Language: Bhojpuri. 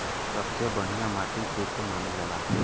सबसे बढ़िया माटी के के मानल जा?